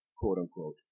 quote-unquote